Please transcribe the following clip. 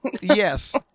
Yes